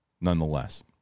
nonetheless